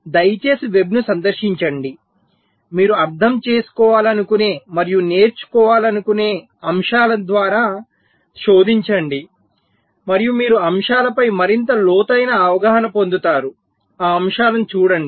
దయచేసి వెబ్ను సందర్శించండి మీరు అర్థం చేసుకోవాలనుకునే మరియు నేర్చుకోవాలనుకునే అంశాల ద్వారా శోధించండి మరియు మీరు అంశాలపై మరింత లోతైన అవగాహన పొందుతారు ఆ అంశాల ను చూడండి